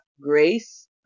Grace